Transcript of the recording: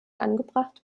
angebracht